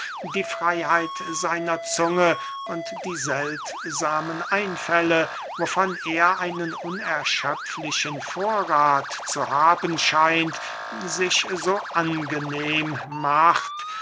die freyheit seiner zunge und die seltsamen einfälle wovon er einen unerschöpflichen vorrath zu haben scheint sich so angenehm macht